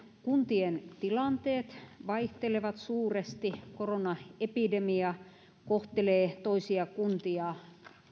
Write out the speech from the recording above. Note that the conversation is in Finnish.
kuntien tilanteet vaihtelevat suuresti koronaepidemia kohtelee toisia kuntia